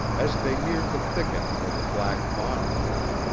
as they neared the thicket where the black fawn lived,